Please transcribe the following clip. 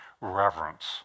reverence